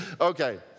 Okay